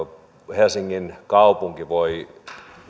helsingin kaupunki voi